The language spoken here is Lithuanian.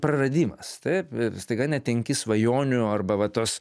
praradimas taip ir staiga netenki svajonių arba va tos